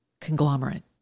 conglomerate